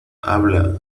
habla